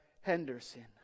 Henderson